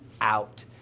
out